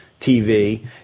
TV